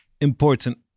important